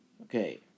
okay